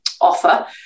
offer